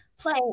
play